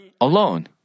alone